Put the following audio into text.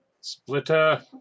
Splitter